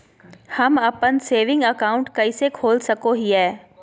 हम अप्पन saving account कइसे खोल सको हियै?